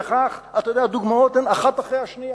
וכך, אתה יודע, הדוגמאות הן אחת אחרי השנייה.